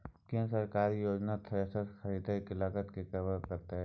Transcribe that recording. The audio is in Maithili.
केना सरकारी योजना थ्रेसर के खरीदय के लागत के कवर करतय?